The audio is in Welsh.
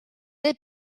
neu